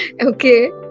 Okay